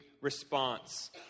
response